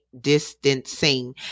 distancing